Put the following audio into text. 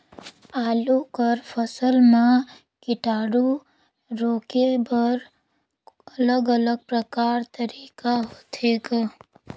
आलू कर फसल म कीटाणु रोके बर अलग अलग प्रकार तरीका होथे ग?